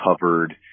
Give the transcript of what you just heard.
covered